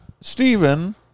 Stephen